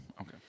Okay